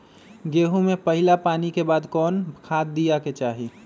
गेंहू में पहिला पानी के बाद कौन खाद दिया के चाही?